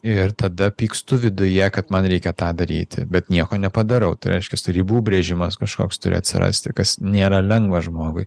ir tada pykstu viduje kad man reikia tą daryti bet nieko nepadarau tai reiškias ribų brėžimas kažkoks turi atsirasti kas nėra lengva žmogui